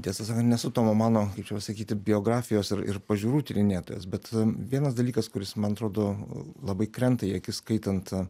tiesą sakant nesu tomo mano kaip čia pasakyti biografijos ir ir pažiūrų tyrinėtojas bet vienas dalykas kuris man atrodo labai krenta į akis skaitant